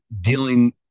dealing